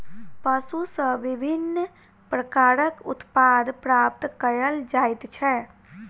पशु सॅ विभिन्न प्रकारक उत्पाद प्राप्त कयल जाइत छै